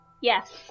Yes